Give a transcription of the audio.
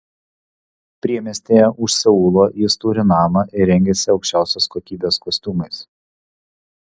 priemiestyje už seulo jis turi namą ir rengiasi aukščiausios kokybės kostiumais